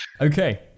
okay